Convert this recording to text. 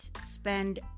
spend